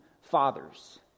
fathers